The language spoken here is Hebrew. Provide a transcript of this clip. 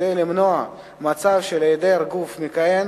כדי למנוע מצב של היעדר גוף מכהן